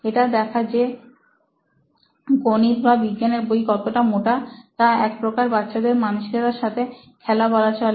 এটা দেখা যে গণিত বা বিজ্ঞানের বই কতটা মোটা তা একপ্রকার বাচ্চাদের মানসিকতার সাথে খেলা বলা চলে